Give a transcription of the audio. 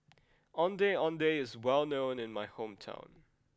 Ondeh Ondeh is well known in my hometown